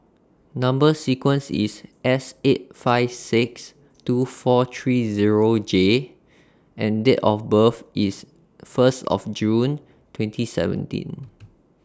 Number sequence IS S eight five six two four three Zero J and Date of birth IS First June twenty seventeen